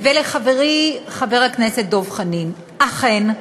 לחברי חבר הכנסת דב חנין, אכן,